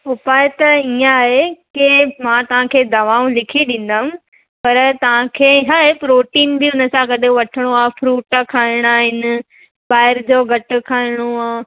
उपाय त हीअं आहे की मां तव्हांखे दवाऊं लिखी ॾींदमि पर तव्हांखे हाय प्रोटिन बि उनसां गॾु वठिणो आहे फ्रुट खाइणा आहिनि ॿाहिरि जो घटि खाइणो आहे